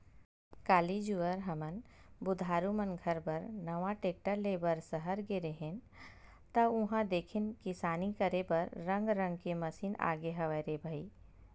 काली जुवर हमन बुधारु मन घर बर नवा टेक्टर ले बर सहर गे रेहे हन ता उहां देखेन किसानी करे बर रंग रंग के मसीन आगे हवय रे भई